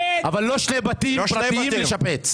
אבל לא שני בתים פרטיים לשפץ.